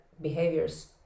behaviors